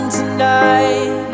tonight